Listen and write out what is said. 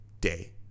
day